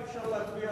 אי-אפשר להצביע על,